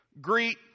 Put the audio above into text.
Greet